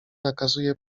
nakazuje